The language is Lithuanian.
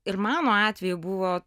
ir mano atveju buvo